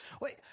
Wait